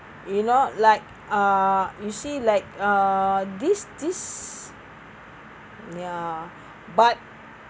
you know like uh you see like uh this this ya but